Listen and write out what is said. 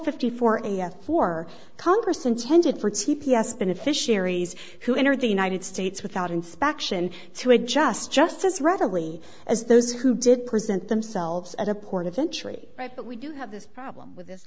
fifty four for congress intended for t p s beneficiaries who enter the united states without inspection to adjust just as readily as those who did present themselves at a port of entry but we do have this problem with this